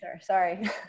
Sorry